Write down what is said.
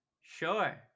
Sure